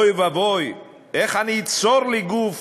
אוי ואבוי, איך אני אצור לי גוף